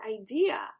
idea